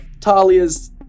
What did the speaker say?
talia's